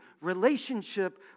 relationship